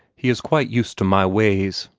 he is quite used to my ways.